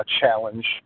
challenge